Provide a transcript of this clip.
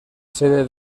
sede